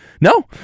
No